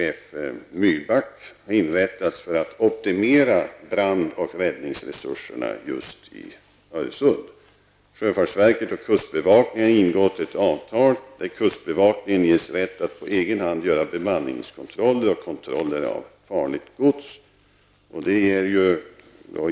Myhlback, har inrättats för att optimera brand och räddningsresurserna i Öresund. Sjöfartsverket och kustbevakningen har ingått ett avtal, där kustbevakningen ges rätt att på egen hand göra bemanningskontroller och kontroller av farligt gods.